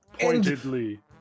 pointedly